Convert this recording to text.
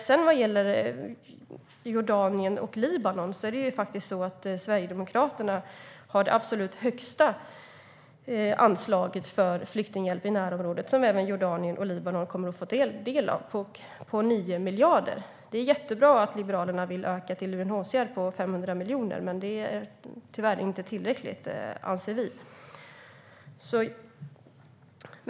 När det gäller Jordanien och Libanon har Sverigedemokraterna det absolut högsta anslaget på 9 miljarder för flyktinghjälp i närområdet, som även Jordanien och Libanon kommer att få del av. Det är jättebra att Liberalerna vill öka anslaget till UNHCR till 500 miljoner. Men det är tyvärr inte tillräckligt, anser vi.